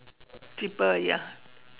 cheaper ya